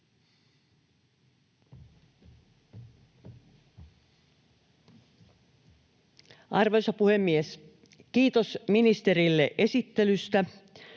Arvoisa puhemies! Kiitos ministerille esittelystä.